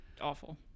awful